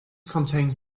contains